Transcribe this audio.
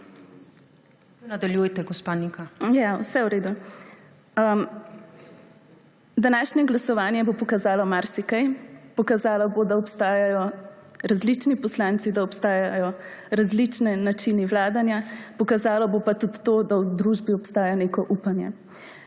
vse v redu. Današnje glasovanje bo pokazalo marsikaj. Pokazalo bo, da obstajajo različni poslanci, da obstajajo različni načini vladanja, pokazalo bo pa tudi to, da v družbi obstaja neko upanje.